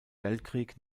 weltkrieg